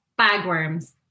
bagworms